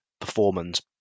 performance